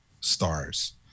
stars